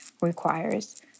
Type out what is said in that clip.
requires